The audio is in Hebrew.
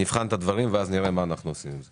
נבחן את הדברים ואז נראה מה אנחנו עושים עם זה.